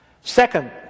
Second